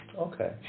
Okay